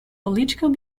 political